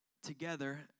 together